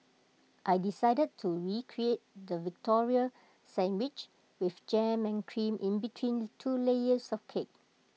I decided to recreate the Victoria sandwich with jam and cream in between two layers of cake